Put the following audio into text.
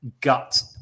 gut